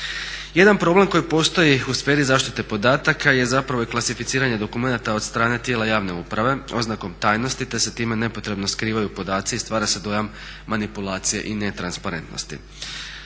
Jedan problem koji postoji u sferi zaštite podataka je zapravo i klasificiranje dokumenata od strane tijela javne uprave oznakom tajnosti te se time nepotrebno skrivaju podaci i stvara se dojam manipulacije netransparentnosti.